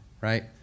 Right